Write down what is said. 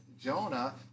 Jonah